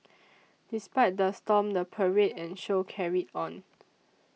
despite the storm the parade and show carried on